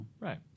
Right